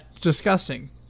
disgusting